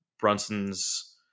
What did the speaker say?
Brunson's